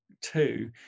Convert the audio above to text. two